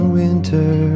winter